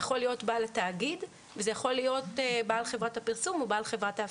בעל התאגיד או בעל חברת הפרסום או בעל חברת ההפקה.